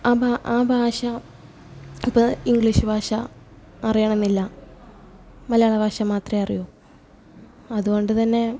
അപ്പം ആ ഭാഷ ഇപ്പം ഇംഗ്ലീഷ് ഭാഷ അറിയണം എന്നില്ല മലയാള ഭാഷമാത്ര അറിയൂ അത് കൊണ്ട്തന്നെ